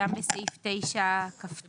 גם בסעיף 9כט,